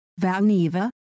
Valneva